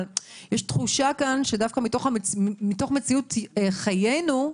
אבל יש כאן תחושה שדווקא מתוך מציאות חיינו,